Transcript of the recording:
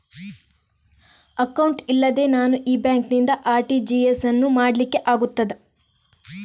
Account ಇಲ್ಲದೆ ನಾನು ಈ ಬ್ಯಾಂಕ್ ನಿಂದ ಆರ್.ಟಿ.ಜಿ.ಎಸ್ ಯನ್ನು ಮಾಡ್ಲಿಕೆ ಆಗುತ್ತದ?